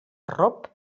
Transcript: arrop